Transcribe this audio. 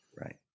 Right